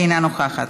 אינה נוכחת,